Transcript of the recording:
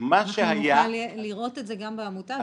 אנחנו נוכל לראות את זה גם בעמותה?